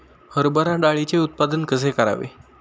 हरभरा डाळीचे उत्पादन कसे करावे?